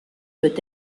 peut